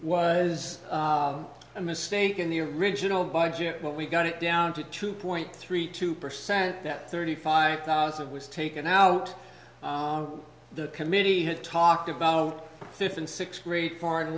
was a mistake in the original budget but we got it down to two point three two percent that thirty five thousand was taken out the committee had talked about fifth and sixth grade foreign